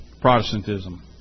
Protestantism